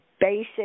basic